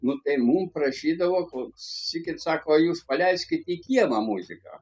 nu tai mum parašydavo klausykit sako ojūs paleiskit į kiemą muziką